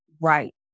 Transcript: Right